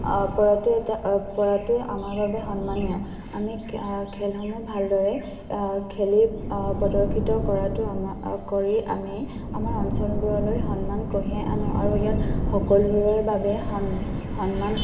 পৰাটো এটা পৰাটোৱে আমাৰ বাবে সন্মানীয় আমি খেলসমূহ ভালদৰে খেলি পদৰ্শিত কৰাটো আমাৰ কৰি আমি আমাৰ অঞ্চলবোৰলৈ সন্মান কঢ়িয়াই আনো আৰু ইয়াত সকলোৰে বাবে সন্মান